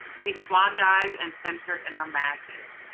we swan-dived and centered in our magic.